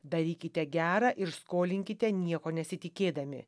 darykite gera ir skolinkite nieko nesitikėdami